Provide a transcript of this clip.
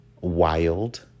wild